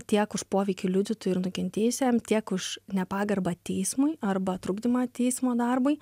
tiek už poveikį liudytojui ir nukentėjusiam tiek už nepagarbą teismui arba trukdymą teismo darbui